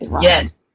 Yes